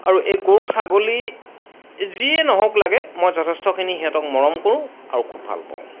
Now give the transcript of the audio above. আৰু এই গৰু ছাগলী যিয়ে নহওক লাগে মই যথেষ্টখিনি সিহঁতক মৰম কৰোঁ আৰু খুব ভাল পাওঁ